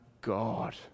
God